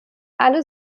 alle